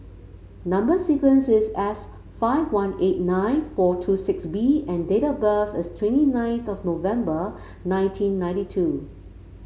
number sequence is S five one eight nine four two six B and date of birth is twenty ninth of November nineteen ninety two